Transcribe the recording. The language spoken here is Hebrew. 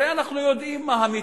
הרי אנחנו יודעים מה המיתוס.